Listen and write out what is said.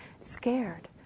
scared